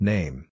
Name